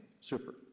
Super